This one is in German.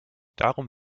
darum